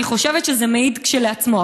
אני חושבת שזה מעיד כשלעצמו,